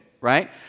right